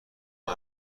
مال